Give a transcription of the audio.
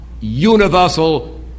universal